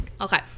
Okay